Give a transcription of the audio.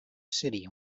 city